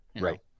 Right